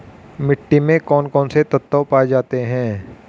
मिट्टी में कौन कौन से तत्व पाए जाते हैं?